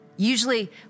Usually